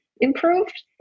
improved